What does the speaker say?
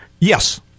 Yes